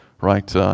right